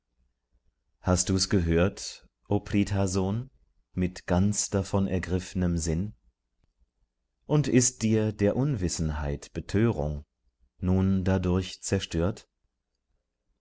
hast du's gehört o prith sohn mit ganz davon ergriffnem sinn und ist dir der unwissenheit betörung nun dadurch zerstört